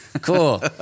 Cool